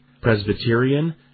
Presbyterian